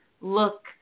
look